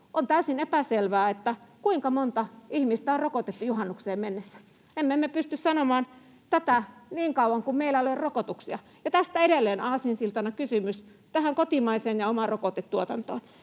On täysin epäselvää, kuinka monta ihmistä on rokotettu juhannukseen mennessä. Emme me pysty sanomaan tätä niin kauan kuin meillä ei ole rokotuksia. Ja tästä edelleen aasinsiltana kysymys tähän kotimaiseen ja omaan rokotetuotantoon